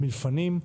מלפנים?